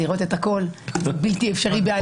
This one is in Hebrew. לראות את הכול זה בלתי אפשרי בעליל.